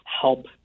help